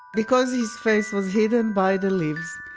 because his face was hidden by the leaves,